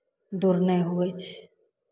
दूर नहि होवै छै